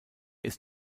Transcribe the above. ist